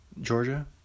Georgia